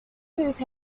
whose